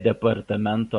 departamento